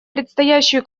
предстоящую